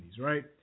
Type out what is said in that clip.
right